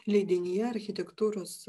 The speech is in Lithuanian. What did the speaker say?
leidinyje architektūros